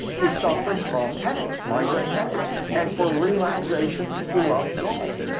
he suffered from headaches, migraine headaches. and for relaxation, he loved golf.